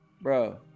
bro